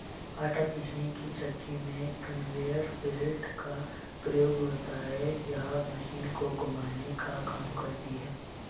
आटा पीसने की चक्की में कन्वेयर बेल्ट का प्रयोग होता है यह मशीन को घुमाने का काम करती है